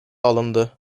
alındı